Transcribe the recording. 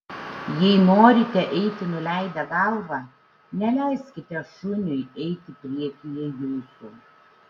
jei norite eiti nuleidę galvą neleiskite šuniui eiti priekyje jūsų